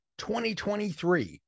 2023